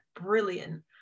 brilliant